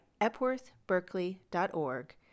epworthberkeley.org